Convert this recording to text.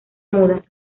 muda